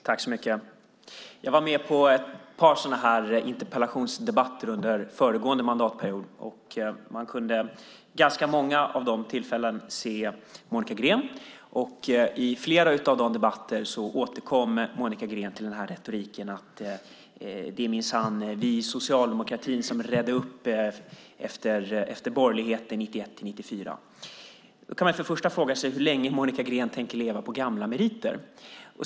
Fru talman! Jag var med vid några interpellationsdebatter under föregående mandatperiod. Vid ganska många av dessa tillfällen kunde man se Monica Green. Vid flera av dessa debatter återkom hon till retoriken att det minsann är vi inom socialdemokratin som redde upp efter borgerligheten 1991-1994. Då kan man fråga sig hur länge Monica Green tänker leva på gamla meriter.